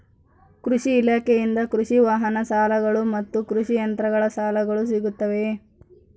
ಕೃಷಿ ಇಲಾಖೆಯಿಂದ ಕೃಷಿ ವಾಹನ ಸಾಲಗಳು ಮತ್ತು ಕೃಷಿ ಯಂತ್ರಗಳ ಸಾಲಗಳು ಸಿಗುತ್ತವೆಯೆ?